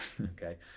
okay